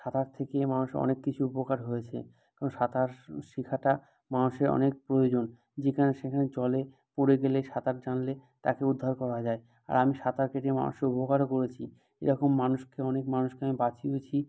সাঁতার থেকেই মানুষের অনেক কিছু উপকার হয়েছে কারণ সাঁতার শেখাটা মানুষের অনেক প্রয়োজন যেখানে সেখানে জলে পড়ে গেলে সাঁতার জানলে তাকে উদ্ধার করা যায় আর আমি সাঁতার কেটে মানুষের উপকারও করেছি এরকম মানুষকে অনেক মানুষকে আমি বাঁচিয়েওছি